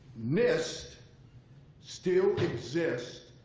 nist still exist.